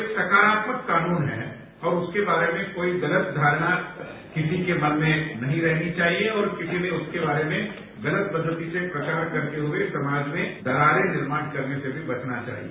ये सकारात्मक कानून है और उसके बारे में कोई गलत धारणा किसी के मन में नहीं रहनी चाहिए और किसी को उसके बारे में गलत पद्धति से प्रचार करते हुए समाज में दरारें निर्माण करने से भी बचना चाहिए